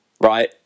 right